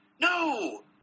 No